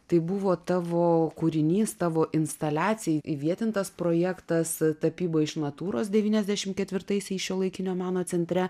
tai buvo tavo kūrinys tavo instaliacijai įvietintas projektas tapyba iš natūros devyniasdešimt ketvirtaisiais šiuolaikinio meno centre